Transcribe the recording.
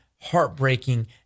heartbreaking